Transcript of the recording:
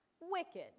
wicked